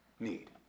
need